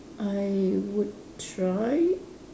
I would try